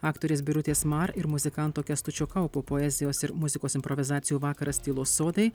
aktorės birutės mar ir muzikanto kęstučio kaupo poezijos ir muzikos improvizacijų vakaras tylos sodai